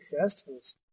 festivals